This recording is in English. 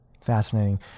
Fascinating